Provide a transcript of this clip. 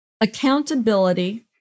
Accountability